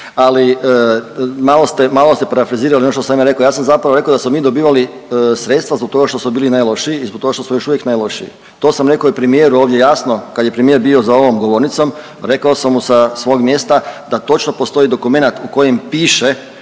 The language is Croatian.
ste, malo ste parafrazirali ono što sam ja rekao, ja sam zapravo rekao da smo mi dobivali sredstva zbog toga što smo bili najlošiji i zbog toga što smo još uvijek najlošiji. To sam rekao i premijeru ovdje jasno kad je premijer bio za ovom govornicom, rekao sam mu sa svog mjesta da točno postoji dokumenat u kojem piše